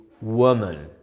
woman